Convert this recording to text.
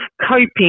coping